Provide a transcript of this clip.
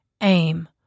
aim